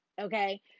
Okay